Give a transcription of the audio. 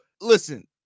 listen